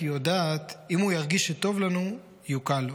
/ כי יודעת, / אם הוא ירגיש שטוב לנו, יוקל לו).